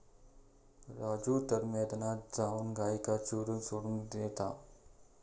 राजू तर मैदानात जाऊन गायींका चरूक सोडान देता